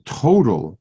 total